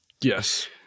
Yes